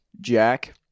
Jack